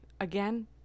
again